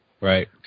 Right